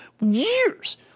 years